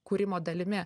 kūrimo dalimi